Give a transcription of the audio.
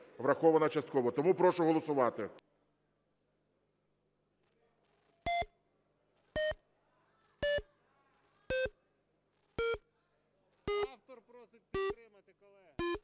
врахованою частково. Тому прошу голосувати.